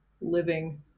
living